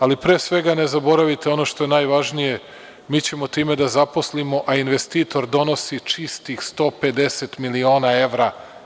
Ali, pre svega ne zaboravite ono što je najvažnije, mi ćemo time da zaposlimo, a investitor donosi čistih 150 miliona evra.